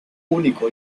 único